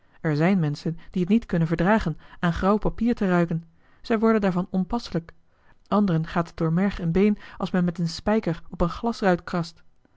er zijn menschen die het niet kunnen verdragen aan grauw papier te ruiken zij worden daarvan onpasselijk anderen gaat het door merg en been als men met een spijker op een glasruit krast